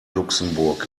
luxemburg